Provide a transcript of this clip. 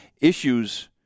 issues –